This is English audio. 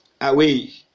away